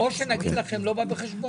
או שנגיד לכם לא בא בחשבון.